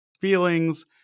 feelings